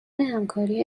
همکاری